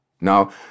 Now